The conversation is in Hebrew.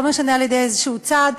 לא משנה על-ידי איזה צד,